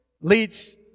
leads